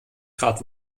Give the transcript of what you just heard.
grad